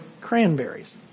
cranberries